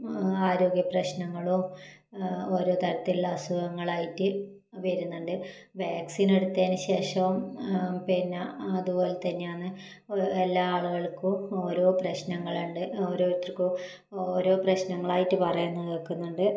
ആരോഗ്യപ്രശ്നങ്ങളും ഓരോ തരത്തിലുള്ള അസുഖങ്ങളായിട്ട് വരുന്നുണ്ട് വാക്സിൻ എടുത്തതിന് ശേഷം പിന്നെ അതുപോലെ തന്നെയാണ് എല്ലാ ആളുകൾക്കും ഓരോ പ്രശ്നങ്ങളുണ്ട് ഓരോരുത്തർക്കും ഓരോ പ്രശ്നങ്ങളായിട്ട് പറയുന്നത് കേൾക്കുന്നുണ്ട്